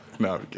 No